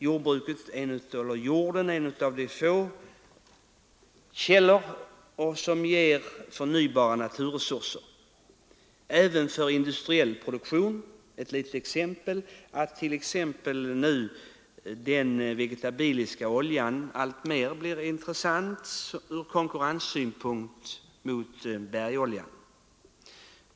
Jorden är en av de få källor som ger förnybara naturresurser även för industriell produktion — exempelvis blir den vegetabiliska oljan alltmer intressant i konkurrensen med bergoljan.